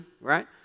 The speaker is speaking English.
right